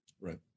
Right